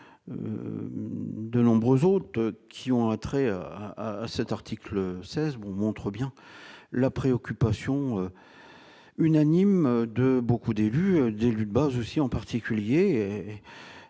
de nombreux autres qui ont trait à cet article 16 mots montre bien la préoccupation unanime de beaucoup d'élus, d'élus, bah, je suis en particulier